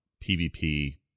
PvP